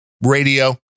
radio